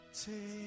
take